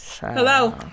Hello